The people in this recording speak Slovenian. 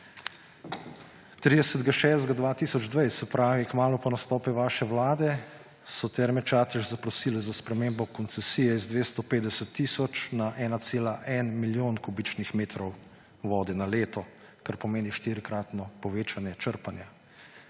6. 2020, se pravi kmalu po nastopu vaše vlade, so Terme Čatež zaprosile za spremembo koncesije z 250 tisoč na 1,1 milijona kubičnih metrov vode na leto, kar pomeni štirikratno povečanje črpanja.